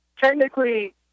technically